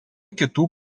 kitų